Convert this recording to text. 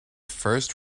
first